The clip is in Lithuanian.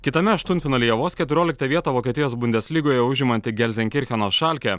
kitame aštuntfinalyje vos keturioliktą vietą vokietijos bundeslygoje užimanti gerzenkircheno šalke